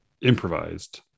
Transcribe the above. improvised